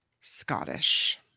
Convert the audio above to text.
Scottish